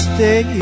Stay